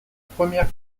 première